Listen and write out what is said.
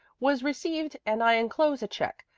was received and i enclose a check,